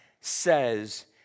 says